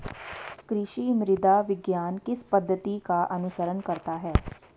कृषि मृदा विज्ञान किस पद्धति का अनुसरण करता है?